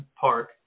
Park